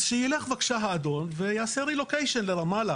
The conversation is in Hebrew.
אז שילך בבקשה האדון ויעשה רילוקיישן לרמאללה.